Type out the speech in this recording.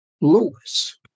Lewis